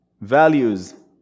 values